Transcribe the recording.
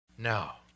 Now